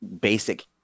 basic